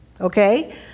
okay